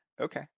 Okay